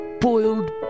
Boiled